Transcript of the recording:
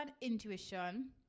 intuition